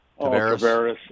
Tavares